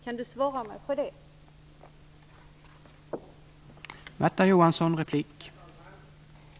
Kan Märta Johansson ge mig ett svar?